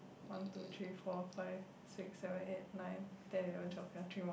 one two three four five six seven eight nine ten eleven twelve ya three more